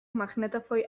magnetofoi